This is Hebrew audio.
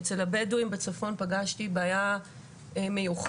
אצל הבדואים בצפון פגשתי בעיה מיוחדת,